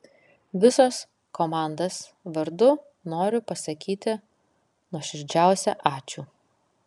visos komandas vardu noriu pasakyti nuoširdžiausią ačiū